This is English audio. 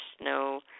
no